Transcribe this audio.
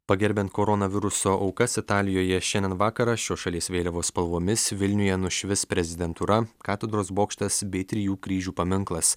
pagerbiant koronaviruso aukas italijoje šiandien vakarą šios šalies vėliavos spalvomis vilniuje nušvis prezidentūra katedros bokštas bei trijų kryžių paminklas